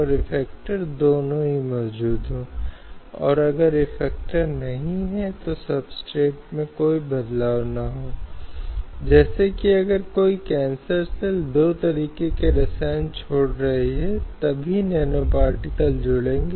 और इसलिए सीटों के आरक्षण के संबंध में एक महत्वपूर्ण बदलाव आया है और इसलिए महिलाओं को निर्णय लेने की प्रक्रिया में एक प्रभावी आवाज़ मिलती है